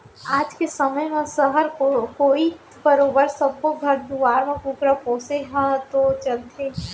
आज के समे म सहर कोइत बरोबर सब्बो घर दुवार म कुकुर पोसे ह तो चलते हे